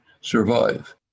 survive